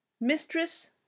Mistress